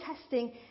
testing